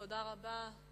תודה רבה.